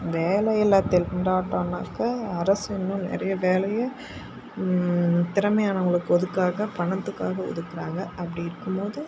வேலையில்லா திண்டாட்டம்னாக்க அரசு இன்னும் நிறைய வேலையை திறமையானவர்களுக்கு ஒதுக்காமல் பணத்துக்காக ஒதுக்குறாங்கள் அப்படி இருக்கும்போது